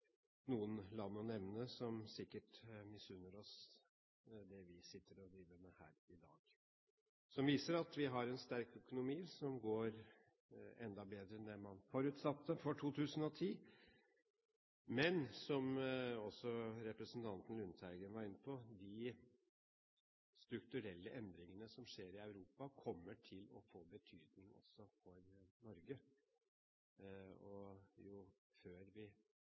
noen land å nevne som sikkert misunner oss det vi driver med her i dag, som viser at vi har en sterk økonomi, som går enda bedre enn det man forutsatte for 2010. Men, som også representanten Lundteigen var inne på, de strukturelle endringene som skjer i Europa, kommer til å få betydning også for Norge. Og jo raskere vi